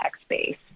space